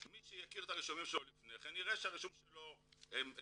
מי שהכיר את הרישומים שלו לפני כן יראה שהרישום שלו בוטל.